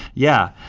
yeah.